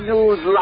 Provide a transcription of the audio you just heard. News